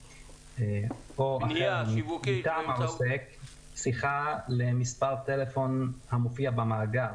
"פנייה מטעם העוסק למספר טלפון המופיע במאגר".